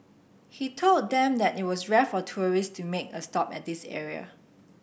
he told them that it was rare for tourists to make a stop at this area